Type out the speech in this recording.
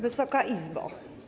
Wysoka Izbo!